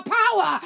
power